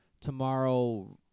tomorrow